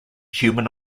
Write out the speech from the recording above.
human